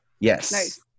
Yes